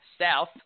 south